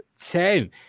ten